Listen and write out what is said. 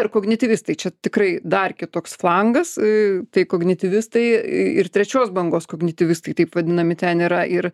ir kognityvistai čia tikrai dar kitoks flangas į tai kognityvistai i ir trečios bangos kognityvistai taip vadinami ten yra ir